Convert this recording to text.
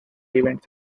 events